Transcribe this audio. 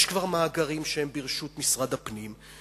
יש כבר מאגרים שהם ברשות משרד הפנים,